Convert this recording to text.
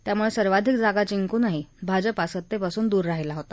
यामुळे सर्वाधिक जागा जिंकूनही भाजप सत्तेपासून दूर राहिला होता